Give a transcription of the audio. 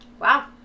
Wow